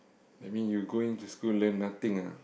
that mean you going to school learn nothing ah